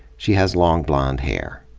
she has long blond hair.